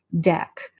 deck